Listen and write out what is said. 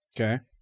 Okay